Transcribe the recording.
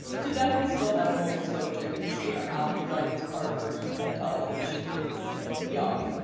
she definitely still has moments though, which i appreciate on alan bradley's part, where you can tell that she is you know young.